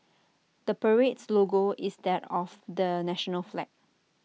the parade's logo is that of the national flag